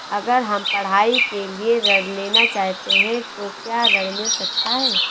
अगर हम पढ़ाई के लिए ऋण लेना चाहते हैं तो क्या ऋण मिल सकता है?